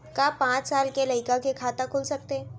का पाँच साल के लइका के खाता खुल सकथे?